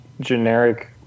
generic